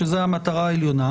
שזו המטרה העליונה.